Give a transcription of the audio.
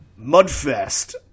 Mudfest